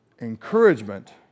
encouragement